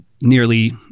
nearly